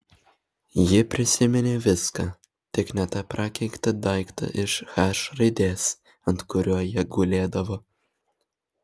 ji prisiminė viską tik ne tą prakeiktą daiktą iš h raidės ant kurio jie gulėdavo